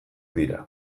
dira